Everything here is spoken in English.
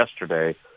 yesterday